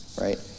right